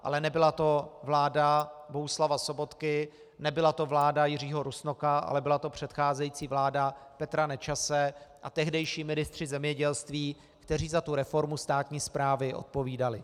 Ale nebyla to vláda Bohuslava Sobotky, nebyla to vláda Jiřího Rusnoka, ale byla to předcházející vláda Petra Nečase a tehdejší ministři zemědělství, kteří za reformu státní správy odpovídali.